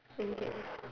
okay